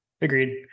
Agreed